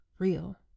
real